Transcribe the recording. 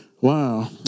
Wow